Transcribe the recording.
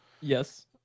Yes